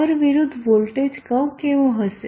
power વિરુદ્ધ voltage curve કેવો હશે